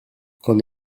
con